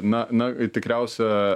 na na tikriausia